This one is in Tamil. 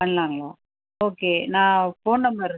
பண்ணலாங்களா ஓகே நான் ஃபோன் நம்பர்